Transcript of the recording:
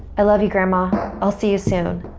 i love you grandma, i'll see you soon.